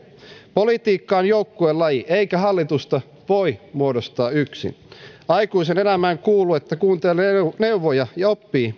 politiikka on joukkuelaji eikä hallitusta voi muodostaa yksin aikuisen elämään kuuluu että kuuntelee neuvoja ja oppii